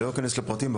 ואני לא אכנס לפרטים,